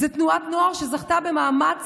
זאת תנועת נוער שזכתה במעמד